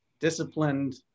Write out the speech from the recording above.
disciplined